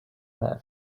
man